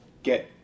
get